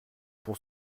pour